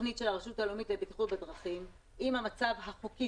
תוכנית של הרשות הלאומית לבטיחות בדרכים עם המצב החוקי